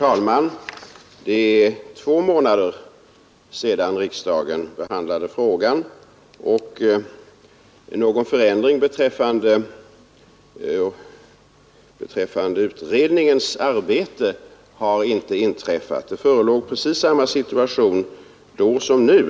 Det är två månader sedan riksdagen behandlade frågan, och någon förändring beträffande utredningens arbete har inte inträffat. Det förelåg precis samma situation då som nu.